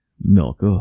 Milk